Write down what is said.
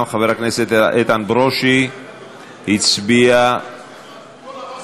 גם חבר הכנסת איתן ברושי לא הצביע,